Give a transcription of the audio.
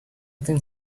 think